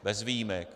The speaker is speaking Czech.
Bez výjimek.